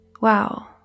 wow